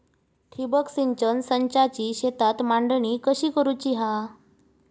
ठिबक सिंचन संचाची शेतात मांडणी कशी करुची हा?